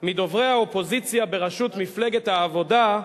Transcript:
מדוברי האופוזיציה בראשות מפלגת העבודה,